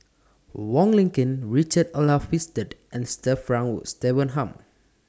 Wong Lin Ken Richard Olaf Winstedt and Sir Frank Wood Swettenham